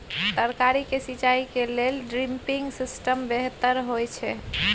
तरकारी के सिंचाई के लेल ड्रिपिंग सिस्टम बेहतर होए छै?